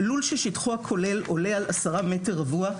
לול ששטחו הכולל עולה על 10 מטרים רבועים